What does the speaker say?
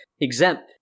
exempt